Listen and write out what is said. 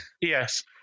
Yes